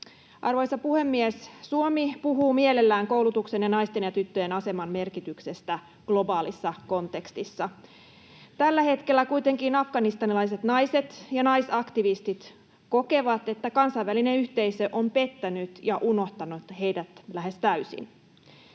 Arvoisa puhemies! Suomi puhuu mielellään koulutuksen ja naisten ja tyttöjen aseman merkityksestä globaalissa kontekstissa. Tällä hetkellä kuitenkin afganistanilaiset naiset ja naisaktivistit kokevat, että kansainvälinen yhteisö on pettänyt ja unohtanut heidät lähes täysin.